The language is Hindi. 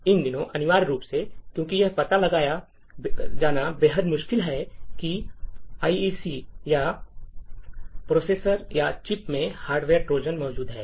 इन दिनों अनिवार्य रूप से क्योंकि यह पता लगाना बेहद मुश्किल है कि आईसी या प्रोसेसर या चिप में हार्डवेयर ट्रोजन मौजूद है